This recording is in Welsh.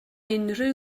unrhyw